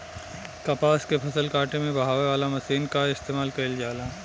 कपास के फसल काटे में बहावे वाला मशीन कअ इस्तेमाल कइल जाला